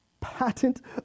patent